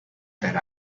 that